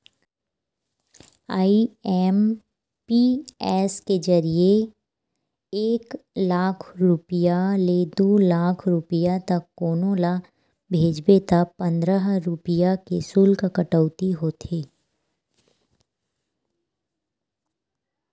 IMPS के जरिए एक लाख रूपिया ले दू लाख रूपिया तक कोनो ल भेजबे त पंद्रह रूपिया के सुल्क कटउती होथे